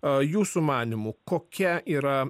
a jūsų manymu kokia yra